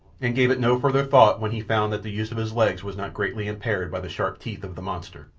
and gave it no further thought when he found that the use of his legs was not greatly impaired by the sharp teeth of the monster.